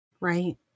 right